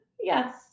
yes